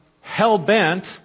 hell-bent